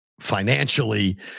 financially